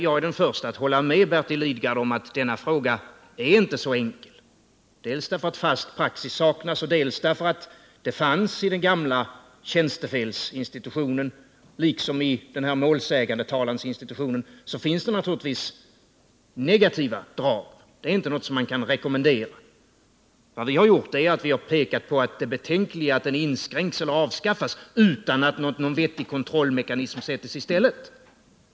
Jag är den förste att hålla med Bertil Lidgard om att denna fråga inte är så enkel, dels därför att fast praxis saknas, dels därför att det i den gamla tjänstefelsinstitutionen liksom i målsägandetalansinstitutionen naturligtvis finns negativa drag. Det är inte något man kan rekommendera. Vad vi har gjort är att vi har pekat på det betänkliga i att denna institution inskränks eller avskaffas utan att någon vettig kontrollmekanism sätts i stället.